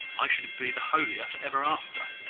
i should be the holier for ever after?